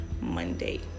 Monday